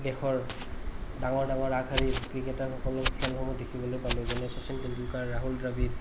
দেশৰ ডাঙৰ ডাঙৰ আগশাৰীৰ ক্ৰিকেটাৰসকলক খেলসমূহ দেখিবলৈ পালোঁ যেনে শচীন তেণ্ডুলকাৰ ৰাহুল দ্ৰাবিড়